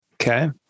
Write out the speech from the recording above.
Okay